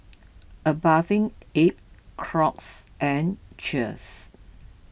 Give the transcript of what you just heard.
a Bathing Ape Crocs and Cheers